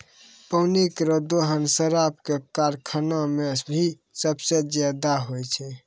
पानी केरो दोहन शराब क कारखाना म भी सबसें जादा होय छै